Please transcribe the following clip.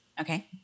Okay